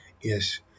Yes